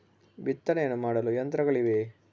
ಬಿತ್ತನೆಯನ್ನು ಮಾಡಲು ಯಂತ್ರಗಳಿವೆಯೇ?